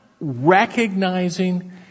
recognizing